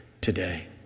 today